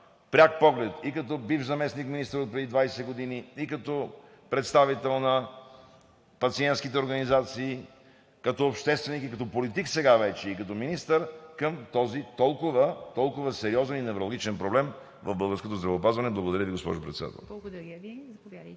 пряк поглед и като бивш заместник-министър отпреди 20 години, и като представител на пациентските организации, като общественик и като политик сега вече – и като министър, към този толкова сериозен и невралгичен проблем в българското здравеопазване? Благодаря Ви, госпожо Председател. ПРЕДСЕДАТЕЛ ИВА